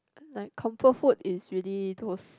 like comfort food is really those